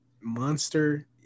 monster